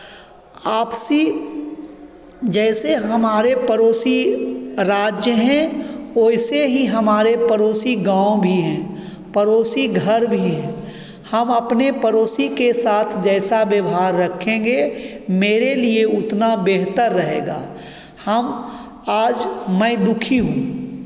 आपसी जैसे हमारे पड़ोसी राज्य हैं ओइसे ही हमारे पड़ोसी गाँव भी हैं पड़ोसी घर भी हैं हम अपने पड़ोसी के साथ जैसा व्यवहार रखेंगे मेरे लिए उतना बेहतर रहेगा हम आज मैं दुःखी हूँ